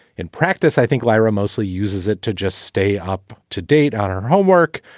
in practice, i think lyra mostly uses it to just stay up to date on her homework,